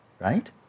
right